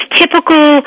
typical